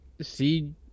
see